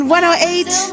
108